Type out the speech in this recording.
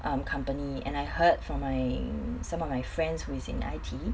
um company and I heard from my some of my friends who is in I_T